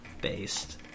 Based